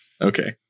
Okay